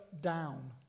down